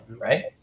right